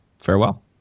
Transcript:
Farewell